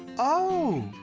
oh.